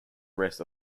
rest